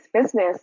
business